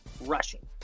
rushing